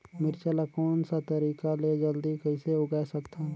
मिरचा ला कोन सा तरीका ले जल्दी कइसे उगाय सकथन?